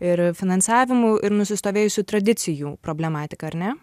ir finansavimų ir nusistovėjusių tradicijų problematika ar ne